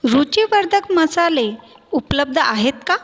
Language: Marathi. रूचीवर्धक मसाले उपलब्ध आहेत का